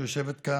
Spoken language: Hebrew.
שיושבת כאן,